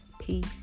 Peace